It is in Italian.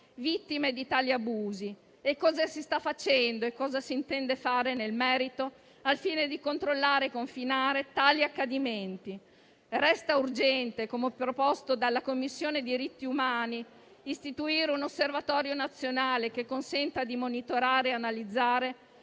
vittime di tali abusi; e cosa si stia facendo e cosa si intenda fare nel merito, al fine di controllare e confinare tali accadimenti. Resta urgente, come proposto dalla Commissione per i diritti umani, istituire un Osservatorio nazionale, che consenta di monitorare e analizzare